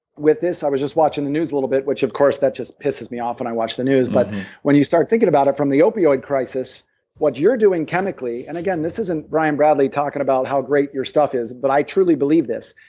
with this i was just watching the news a little bit, which of course that just pisses me off when i watch the news, but when you start thinking about it, from the opioid crisis what you're doing chemically and again this isn't brian bradley talking about how great your stuff is, but i truly believe this.